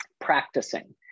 Practicing